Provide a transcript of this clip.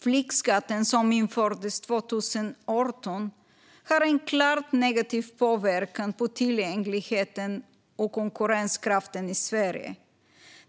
Flygskatten, som infördes 2018, har en klart negativ påverkan på tillgängligheten och konkurrenskraften i Sverige.